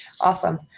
Awesome